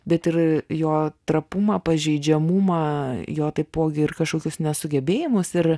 bet ir jo trapumą pažeidžiamumą jo taipogi ir kažkokius nesugebėjimus ir